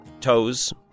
toes